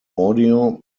audio